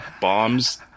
bombs